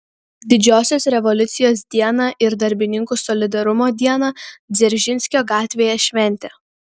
didžiosios revoliucijos dieną ir darbininkų solidarumo dieną dzeržinskio gatvėje šventė